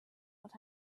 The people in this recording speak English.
what